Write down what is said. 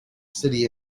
city